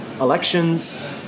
elections